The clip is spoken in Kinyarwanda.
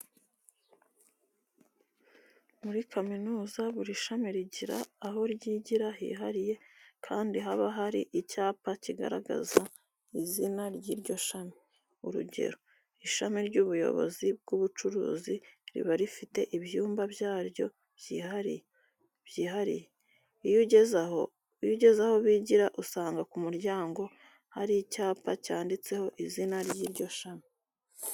Muri kaminuza buri shami rigira aho ryigira hihariye kandi haba hari icyapa kigaragaza izina ry'iryo shami. Urugero, ishami ry'ubuyobozi bw'ubucuruzi riba rifite ibyumba byaryo byihariye. Iyo ugeze aho bigira usanga ku muryango hari icyapa cyanditseho izina ry'iryo shami.